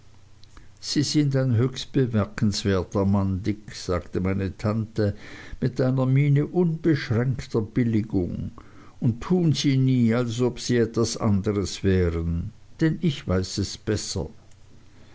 sie sind ein höchst bemerkenswerter mann dick sagte meine tante mit einer miene unbeschränkter billigung und tun sie nie als ob sie etwas anderes wären denn ich weiß es besser